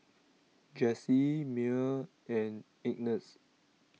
Jessy Myer and Ignatz